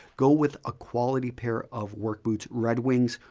go with a quality pair of work boots. red wings,